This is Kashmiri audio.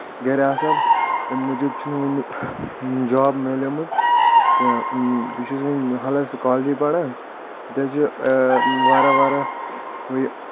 گَرِ آسان امہِ موٗجوٗب چھُ نہٕ ؤنہِ جاب میلیومُت کیٚنٛہہ بہٕ چھُس ؤنہِ حالس کالیجے پران ییٚتہِ حظ چھ واریاہ واریاہ ہہُ یہِ